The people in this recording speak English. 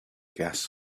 gas